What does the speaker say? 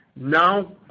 Now